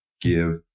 give